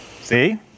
See